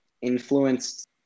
influenced